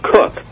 Cook